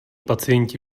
pacienti